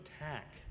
attack